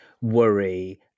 worry